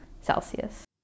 Celsius